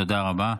תודה רבה.